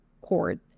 court